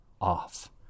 off